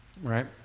right